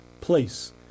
place